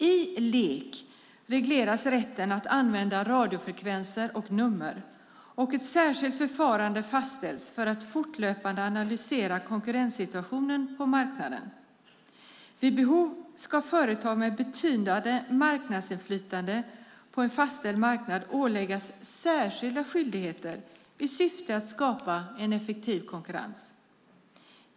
I LEK regleras rätten att använda radiofrekvenser och nummer, och ett särskilt förfarande fastställs för att fortlöpande analysera konkurrenssituationen på marknaden. Vid behov ska företag med betydande marknadsinflytande på en fastställd marknad åläggas särskilda skyldigheter i syfte att skapa en effektiv konkurrens.